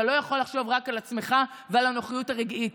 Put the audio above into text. אתה לא יכול לחשוב רק על עצמך ועל הנוחיות הרגעית.